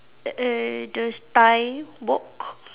err err the Thai